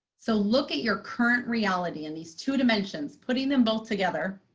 so look at your current reality and these two dimensions, putting them both together.